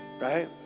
right